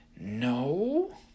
No